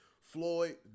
Floyd